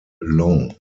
long